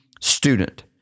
student